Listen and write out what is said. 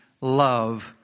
love